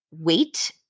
weight